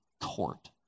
court